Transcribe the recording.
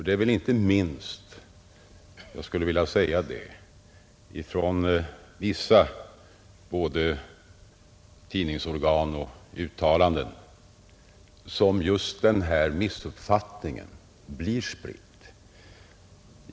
Det är väl inte minst från det hållet — jag tänker då både på vissa tidningsorgan och på vissa uttalanden — som just den här missuppfattningen blir spridd.